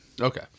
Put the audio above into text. Okay